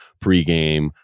pregame